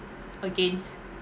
against